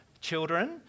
children